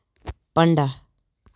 پَنٛداہ